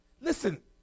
Listen